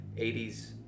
80s